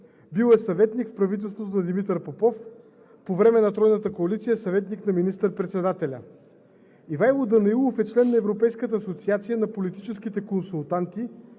Бил е съветник в правителството на Димитър Попов, а по времето на Тройната коалиция е съветник на министър-председателя. Ивайло Данаилов е член на Европейската асоциация на политическите консултанти,